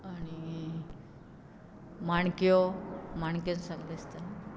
माणक्यो माणक्यो सांगलें आसतना